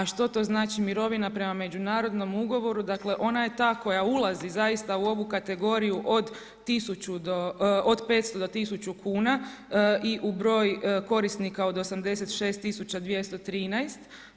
A što to znači mirovina prema međunarodnom ugovoru, dakle ona je ta koja ulazi zaista u ovu kategoriju od 500 do 1000 kuna i u broj korisnika od 86213.